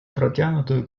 протянутую